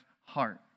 heart